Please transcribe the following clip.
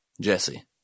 Jesse